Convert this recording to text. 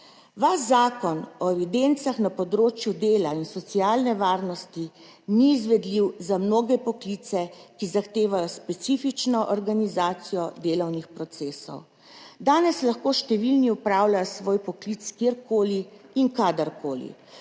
Vaš Zakon o evidencah na področju dela in socialne varnosti ni izvedljiv za mnoge poklice, ki zahtevajo specifično organizacijo delovnih procesov. Danes lahko številni opravljajo svoj poklic kjerkoli in kadarkoli.